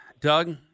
Doug